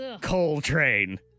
Coltrane